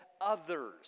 others